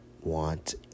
want